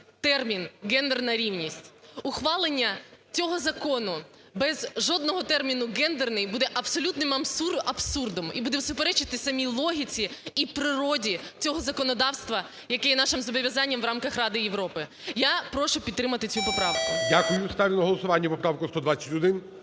термін "гендерна рівність". Ухвалення цього закону без жодного терміну "гендерний" буде абсолютним абсурдом, і буде суперечити самій логіці і природі цього законодавства, яке є нашим зобов'язанням в рамках Ради Європи. Я прошу підтримати цю поправку. ГОЛОВУЮЧИЙ. Дякую. Ставлю на голосування поправку 121.